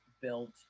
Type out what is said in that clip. built